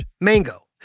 Mango